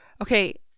Okay